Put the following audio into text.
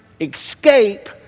escape